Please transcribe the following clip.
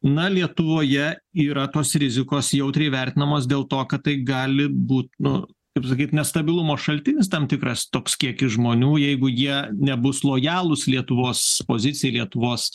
na lietuvoje yra tos rizikos jautriai vertinamos dėl to kad tai gali būti nu kaip sakyti nestabilumo šaltinis tam tikras toks kiekis žmonių jeigu jie nebus lojalūs lietuvos pozicijai lietuvos